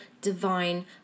divine